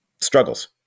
struggles